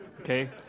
okay